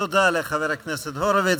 תודה לחבר הכנסת הורוביץ.